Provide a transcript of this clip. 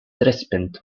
recipient